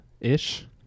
ish